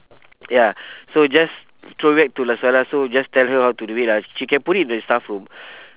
ya so just throw back to lah suhaila so just tell her how to do it lah she can put it in the staff room